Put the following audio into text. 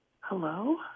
Hello